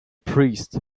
priest